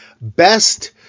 Best